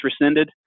rescinded